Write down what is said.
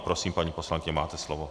Prosím, paní poslankyně, máte slovo.